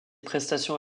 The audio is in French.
prestations